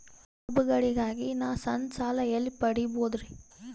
ಹಬ್ಬಗಳಿಗಾಗಿ ನಾ ಸಣ್ಣ ಸಾಲ ಎಲ್ಲಿ ಪಡಿಬೋದರಿ?